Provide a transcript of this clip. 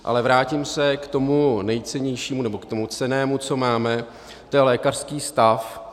Ale vrátím se k tomu nejcennějšímu, nebo k tomu cennému, co máme, to je lékařský stav.